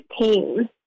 team